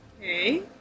Okay